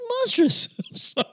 monstrous